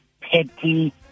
petty